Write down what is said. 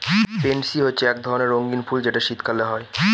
pansy হচ্ছে এক ধরণের রঙ্গীন ফুল যেটা শীতকালে হয়